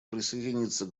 присоединиться